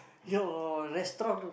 your restaurant